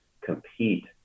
compete